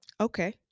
okay